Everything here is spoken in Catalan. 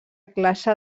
classe